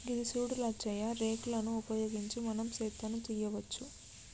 గిది సూడు లచ్చయ్య రేక్ లను ఉపయోగించి మనం సెత్తను తీయవచ్చు